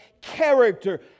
character